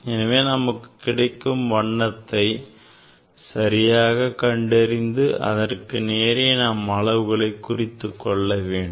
எனவே நமக்கு கிடைக்கும் வண்ணத்தை சரியாக கண்டறிந்து அதற்கு நேராக நாம் அளவுகளை குறித்துக் கொள்ளலாம்